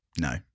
no